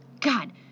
God